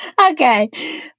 Okay